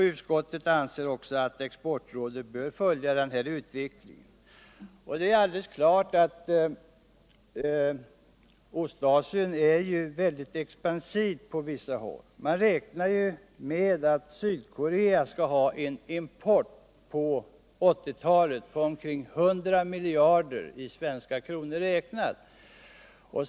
Utskottet anser också att Exportrådet bör följa denna utveckling. Det är alldeles klart att Ostasien på vissa håll är mycket expansivt. Man räknar med att Sydkorea på 1980-talet skall ha en import på omkring 100 miljarder i svenska kronor räknat.